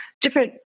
different